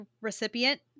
recipient